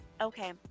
Okay